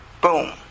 Boom